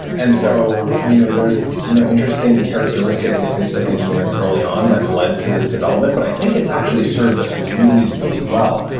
and so, you know there's you know interesting characteristics at facebook engineering early on that led to this development, but i think it's actually served us really, really wel